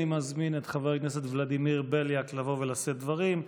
אני מזמין את חבר הכנסת ולדימיר בליאק לבוא ולשאת דברים,